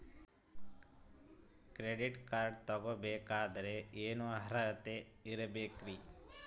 Credit card ತೊಗೋ ಬೇಕಾದರೆ ಏನು ಅರ್ಹತೆ ಇರಬೇಕ್ರಿ?